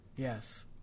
yes